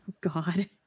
god